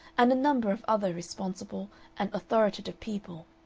and a number of other responsible and authoritative people,